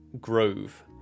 grove